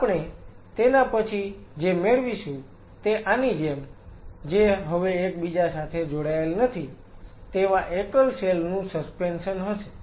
આપણે તેના પછી જે મેળવીશું તે આની જેમ જે હવે એકબીજા સાથે જોડાયેલા નથી તેવા એકલ સેલ નું સસ્પેન્શન હશે